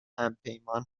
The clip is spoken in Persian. همپیمان